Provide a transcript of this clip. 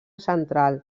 central